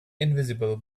invisible